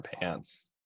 pants